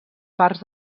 parts